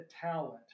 talent